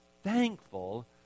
thankful